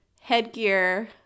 headgear